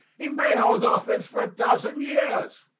he may hold office for a dozen years.